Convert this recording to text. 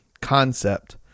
concept